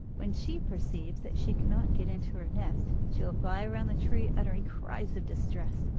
when she perceives that she cannot get into her nest she will fly round the tree uttering cries of distress,